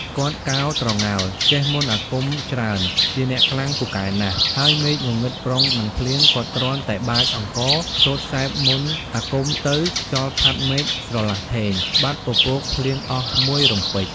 គាត់កោរត្រងោល ចេះមន្តអាគមច្រើនជាអ្នកខ្លាំងពូកែណាស់ ហើយមេឃងងឹតប្រុងនឹងភ្លៀង គាត់គ្រាន់តែបាចអង្គរ សូត្រសែកមន្តអាគមទៅ ខ្យល់ផាត់មេឃ ស្រឡះធេង បាត់ពពកភ្លៀងអស់មួយរំពេច។